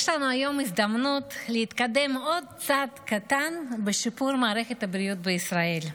יש לנו היום הזדמנות להתקדם עוד צעד קטן בשיפור מערכת הבריאות בישראל: